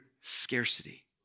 scarcity